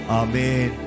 amen